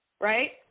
Right